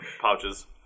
pouches